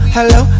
Hello